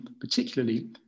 particularly